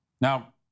Now